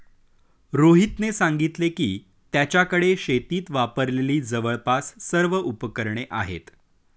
रोहितने सांगितले की, त्याच्याकडे शेतीत वापरलेली जवळपास सर्व उपकरणे आहेत